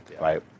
right